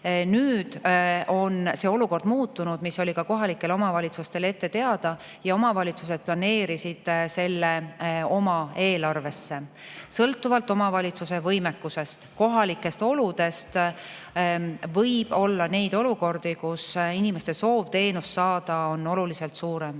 Nüüd on see olukord muutunud. See oli ka kohalikele omavalitsustele ette teada ja omavalitsused planeerisid selle oma eelarvesse. Sõltuvalt omavalitsuse võimekusest, kohalikest oludest võib olla olukordi, kus inimeste soov teenust saada on oluliselt suurem.